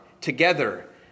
Together